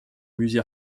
musée